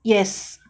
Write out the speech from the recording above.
yes